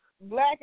Black